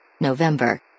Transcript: November